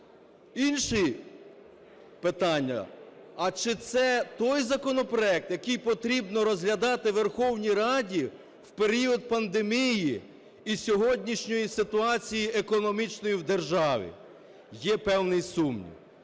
Інше питання, а чи це той законопроект, який потрібно розглядати Верховній Раді в період пандемії і сьогоднішньої ситуації економічної в державі? Є певний сумнів.